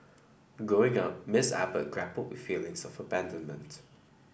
Growing Up Miss Abbott grappled with feelings of abandonment